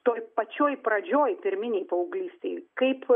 toj pačioj pradžioj pirminėj paauglystėj kaip